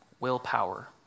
willpower